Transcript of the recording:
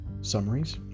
summaries